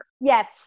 yes